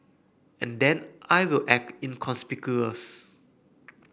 and then I will act inconspicuous